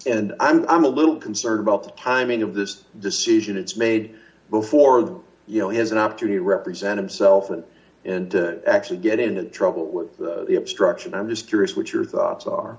and i'm a little concerned about the timing of this decision it's made before you know he has not truly represent himself and and to actually get in trouble with the obstruction i'm just curious what your thoughts are